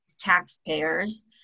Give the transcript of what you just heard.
taxpayers